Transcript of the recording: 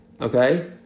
Okay